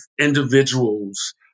individuals